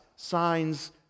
signs